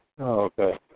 Okay